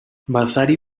vasari